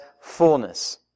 fullness